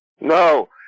No